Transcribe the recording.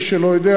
למי שלא יודע,